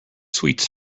sweets